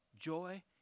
joy